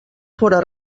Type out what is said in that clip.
fóra